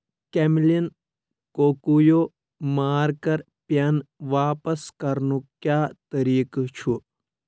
Camlin Kokuyo marker pen واپس کرنُک کیٛاہ طٔریٖقہٕ چُھ